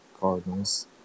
Cardinals